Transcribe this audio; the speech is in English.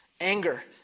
anger